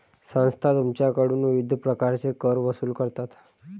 संस्था तुमच्याकडून विविध प्रकारचे कर वसूल करतात